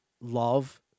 love